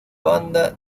banda